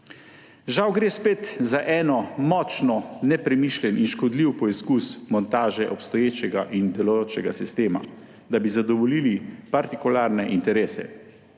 Žal gre spet za en močen, nepremišljen in škodljiv poskus montaže obstoječega in delujočega sistema, da bi zadovoljili partikularne interese.